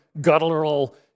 guttural